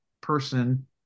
person